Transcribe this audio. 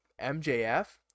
MJF